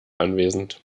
anwesend